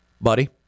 buddy